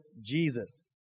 Jesus